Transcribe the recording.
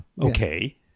Okay